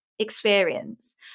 experience